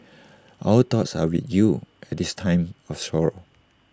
our thoughts are with you at this time of sorrow